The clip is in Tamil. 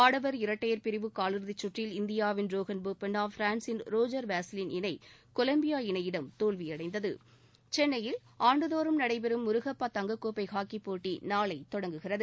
ஆடவர் இரட்டையர் பிரிவு காலிறுதியில் இந்தியாவின் ரோஹன் போப்பண்ணா பிரான்சின் ரோஜர் வேஸ்லின் இணை கொலம்பியா இணையிடம் தோல்வியடைந்தது சென்னையில் ஆண்டுதோறும் நடைபெறும் முருகப்பா தங்கக் கோப்பை ஹாக்கிப் போட்டி நாளை தொடங்குகிறது